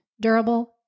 durable